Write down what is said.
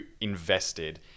invested